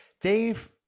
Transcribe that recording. Dave